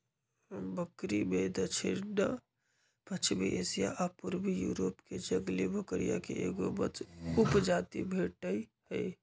बकरिमें दक्षिणपश्चिमी एशिया आ पूर्वी यूरोपके जंगली बकरिये के एगो वंश उपजाति भेटइ हइ